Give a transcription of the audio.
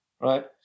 right